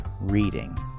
reading